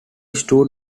stood